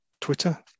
twitter